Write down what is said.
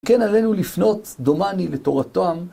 כן עלינו לפנות דומני לתורתם.